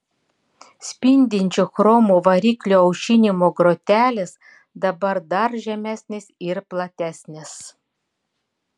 spindinčio chromo variklio aušinimo grotelės dabar dar žemesnės ir platesnės